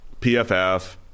PFF